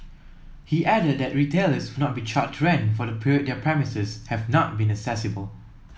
he added that retailers would not be charged rent for the period their premises have not been accessible